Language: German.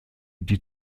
die